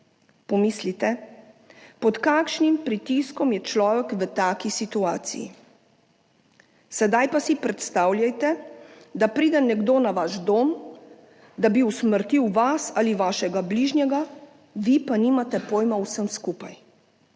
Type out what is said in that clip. Pomislite, pod kakšnim pritiskom je človek v taki situaciji. Sedaj pa si predstavljajte, da pride nekdo na vaš dom, da bi usmrtil vas ali vašega bližnjega, vi pa nimate pojma o vsem skupaj.